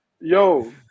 yo